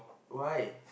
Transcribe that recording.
why